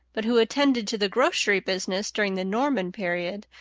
but who attended to the grocery business during the norman period,